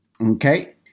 Okay